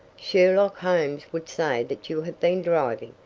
sherlock holmes would say that you had been driving,